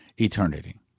eternity